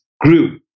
grew